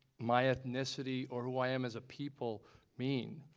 my ethnicity or who i am as a people mean?